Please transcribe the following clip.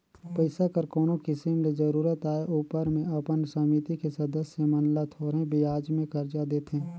पइसा कर कोनो किसिम ले जरूरत आए उपर में अपन समिति के सदस्य मन ल थोरहें बियाज में करजा देथे